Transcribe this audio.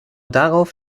darauf